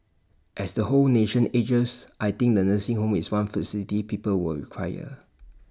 as the whole nation ages I think the nursing home is one facility people will require